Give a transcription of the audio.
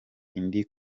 indi